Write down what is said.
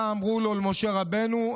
מה אמרו למשה רבנו?